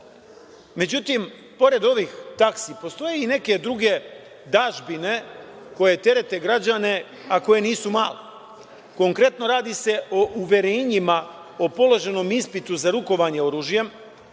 dinara.Međutim, pored ovih taksi postoje i neke druge dažbine koje terete građane, a koje nisu male. Konkretno, radi se o uverenjima o položenom ispitu za rukovanje oružjem,